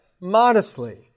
modestly